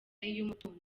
y’umutungo